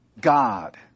God